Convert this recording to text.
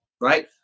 right